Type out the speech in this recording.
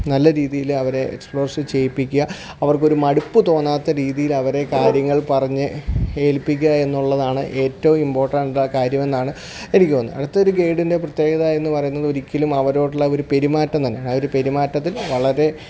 നല്ല രീതിയിൽ അവരെ എക്സ്പ്ലോഷ് ചെയ്യിപ്പിക്കാൻ അവർക്കൊരു മടുപ്പു തോന്നാത്ത രീതിയിലവരെ കാര്യങ്ങൾ പറഞ്ഞ് ഏൽപ്പിക്കുക എന്നുള്ളതാണ് ഏറ്റവും ഇമ്പോട്ടൻറ്റായ കാര്യമെന്നാണ് എനിക്ക് തോന്നുന്നത് അടുത്തതൊരു ഗേയ്ഡിന്റെ പ്രത്യേകതയെന്നു പറയുന്നത് ഒരിക്കലും അവരോടുള്ള ഒരു പെരുമാറ്റം തന്നെയാണ് ആ ഒരു പെരുമാറ്റത്തിൽ വളരെ